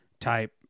type